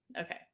Okay